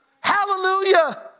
Hallelujah